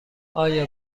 آیا